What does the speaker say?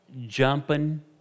jumping